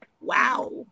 Wow